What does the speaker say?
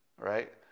right